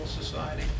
Society